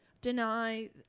deny